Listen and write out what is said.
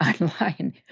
online